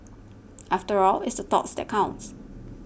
after all it's the thoughts that counts